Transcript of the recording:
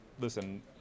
listen